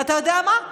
אתה יודע מה?